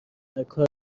برگها